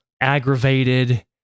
aggravated